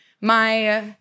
my-